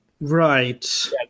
Right